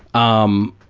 um,